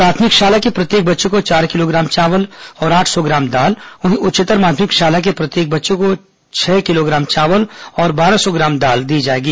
प्राथमिक शाला के प्रत्येक बच्चे को चार किलोग्राम चावल और आठ सौ ग्राम दाल वहीं उच्चतर माध्यमिक शाला के प्रत्येक बच्चे को छह किलोग्राम चावल और बारह सौ ग्राम दाल दी जाएगी